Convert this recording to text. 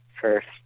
first